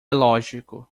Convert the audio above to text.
lógico